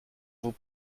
vous